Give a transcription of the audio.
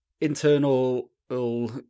internal